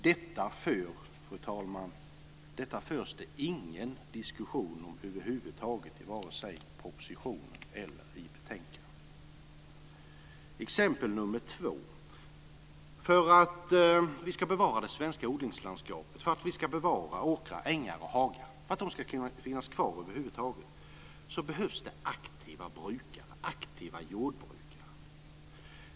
Detta förs det, fru talman, över huvud taget ingen diskussion om i vare sig propositionen eller betänkandet. Exempel nr 2 är följande. För att vi ska bevara det svenska odlingslandskapet, för att vi ska bevara åkrar, ängar och hagar, för att de över huvud taget ska få finnas kvar, behövs det aktiva jordbrukare.